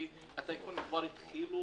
כי הטייקונים כבר התחילו,